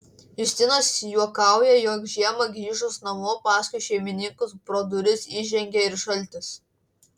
justinas juokauja jog žiemą grįžus namo paskui šeimininkus pro duris įžengia ir šaltis